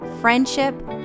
friendship